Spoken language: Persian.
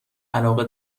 علاقه